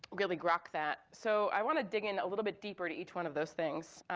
really rock that. so i wanna dig in a little bit deeper to each one of those things.